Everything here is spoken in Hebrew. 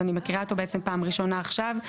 אז אני מקריאה אותו בעצם פעם ראשונה עכשיו.